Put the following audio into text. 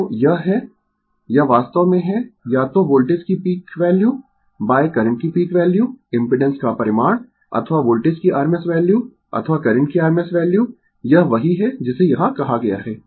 तो यह है यह वास्तव में है या तो वोल्टेज की पीक वैल्यू करंट की पीक वैल्यू इम्पिडेंस का परिमाण अथवा वोल्टेज की rms वैल्यू अथवा करंट की rms वैल्यू यह वही है जिसे यहाँ कहा गया है